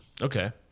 Okay